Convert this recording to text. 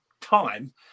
time